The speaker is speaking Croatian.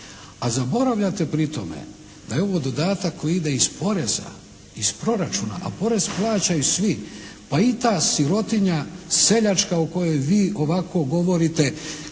A zaboravljate pri tome da je ovo dodatak koji ide iz poreza, iz proračuna a porez plaćaju svi pa i ta sirotinja seljačka o kojoj vi ovako govorite